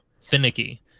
finicky